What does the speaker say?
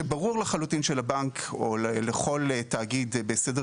כשברור לחלוטין שלבנק או לכל תאגיד בסדר